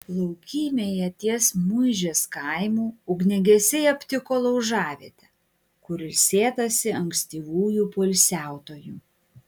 laukymėje ties muižės kaimu ugniagesiai aptiko laužavietę kur ilsėtasi ankstyvųjų poilsiautojų